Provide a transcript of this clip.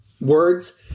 words